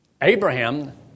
Abraham